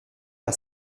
par